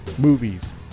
movies